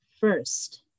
first